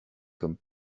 comme